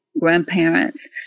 grandparents